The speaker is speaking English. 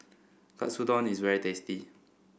Katsudon is very tasty